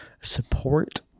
support